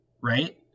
right